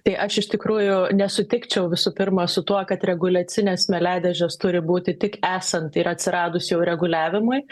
tai aš iš tikrųjų nesutikčiau visų pirma su tuo kad reguliacinės smėliadėžės turi būti tik esant ir atsiradus jau reguliavimui